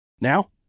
Now